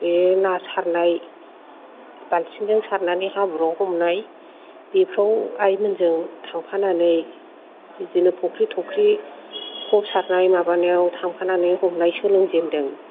बे ना सारनाय बाल्टिंजों सारनानै हाब्रुआव हमनाय बेफ्राव आइमोनजों थांफानानै बिदिनो फख्रि थख्रि खब सारनाय माबानायाव थांफानानै हमनाय सोलोंजेनदों